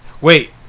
Wait